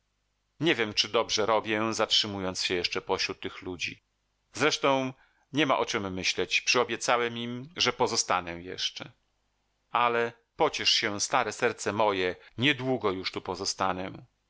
nie wiem czy dobrze robię zatrzymując się jeszcze pośród tych ludzi zresztą niema o czem myśleć przyobiecałem im że pozostanę jeszcze ale pociesz się stare serce moje nie długo już pozostanę